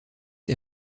est